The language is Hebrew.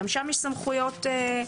גם שם יש סמכויות לוועדה.